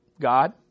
God